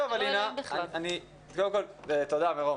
תודה מירום,